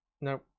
No